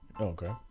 Okay